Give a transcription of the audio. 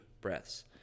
breaths